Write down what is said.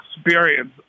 experience